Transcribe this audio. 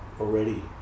already